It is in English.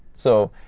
so,